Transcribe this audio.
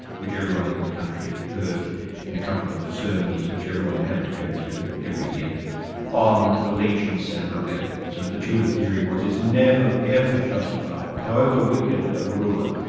which everyone in the country heard in a couple of sermons which everyone had to go to every year on allegiance and rebellion. so the tudor theory was it's never ever justifiable, however wicked a ruler,